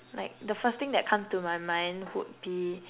like the first thing that comes to my mind would be